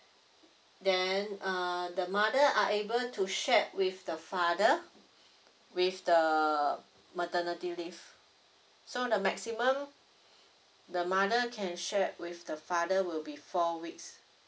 then uh the mother are able to share with the father with the maternity leave so the maximum the mother can share with the father will be four weeks